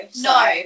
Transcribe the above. no